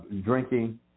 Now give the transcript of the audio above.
drinking